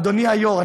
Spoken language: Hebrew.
אדוני היושב-ראש,